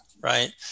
right